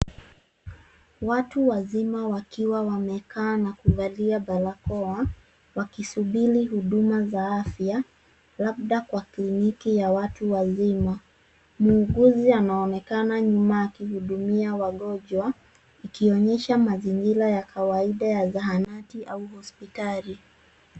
Watu wazima wakiwa wamekaa na kuvalia barakoa wakisubiri huduma za afya labda kwa kliniki ya watu wazima. Muuguzi anaonekana nyuma akihudumia wagonjwa ikionyesha mazingira ya kawaida ya zahanati au hospitali.